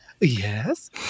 Yes